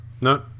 no